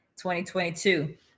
2022